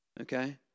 Okay